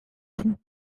pont